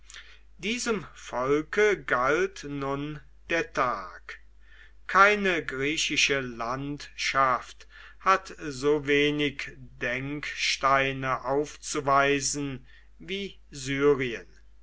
diesem volke galt nur der tag keine griechische landschaft hat so wenig denksteine aufzuweisen wie syrien